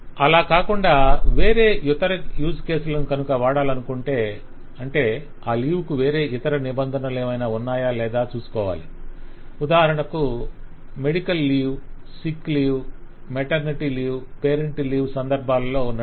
అలా కాకుండా వేరే ఇతర యూస్ కేసులను కనుక వాడాలనుకొంటే అంటే ఆ లీవ్ కు వేరే ఇతర నిబంధనలేమైన ఉన్నాయా లేదా చూసుకోవాలి ఉదాహరణకు medical leave sick leave maternity leave parental leave సందర్భాలలో ఉన్నట్లుగా